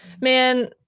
man